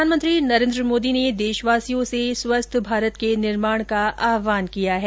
प्रधानमंत्री नरेन्द्र मोदी ने देशवासियों से स्वस्थ भारत के निर्माण का आहवान किया है